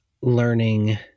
learning